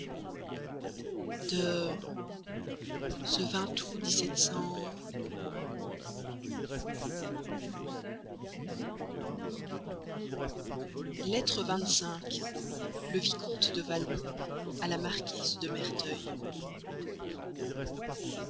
de ce lettre le vicomte de valmont à la marquise de merteuil